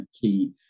key